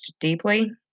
deeply